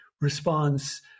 response